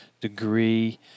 degree